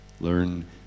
Learn